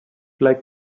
like